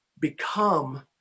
become